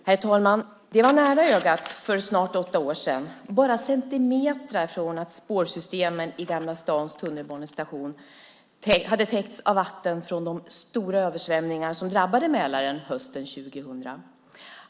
Herr talman! Det var nära ögat för snart åtta år sedan. Det var bara centimeter från att spårsystemen i Gamla stans tunnelbanestation hade täckts av vatten från de stora översvämningar som drabbade Mälaren hösten 2000.